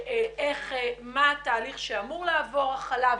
מה התהליך שאמור לעבור החלב,